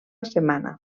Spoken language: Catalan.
setmana